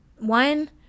One